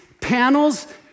panels